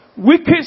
Wicked